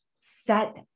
set